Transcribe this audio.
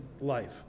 life